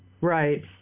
Right